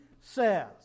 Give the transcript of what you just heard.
says